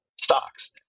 stocks